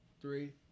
three